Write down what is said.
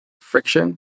friction